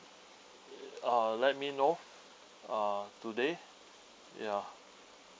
uh let me know uh today ya